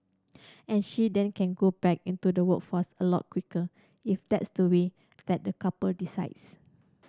and she then can go back into the workforce a lot quicker if that's the way that the couple decides